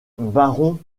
baron